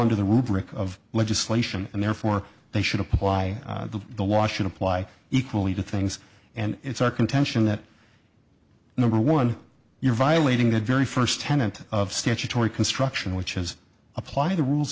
rubric of legislation and therefore they should apply the washing apply equally to things and it's our contention that number one you're violating the very first tenant of statutory construction which is apply the rules